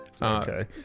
Okay